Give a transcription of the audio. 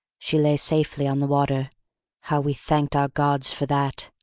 she lay safely on the water how we thanked our gods for that!